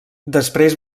després